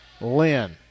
Lynn